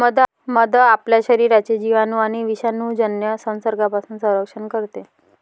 मध आपल्या शरीराचे जिवाणू आणि विषाणूजन्य संसर्गापासून संरक्षण करते